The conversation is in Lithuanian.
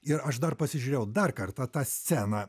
ir aš dar pasižiūrėjau dar kartą tą sceną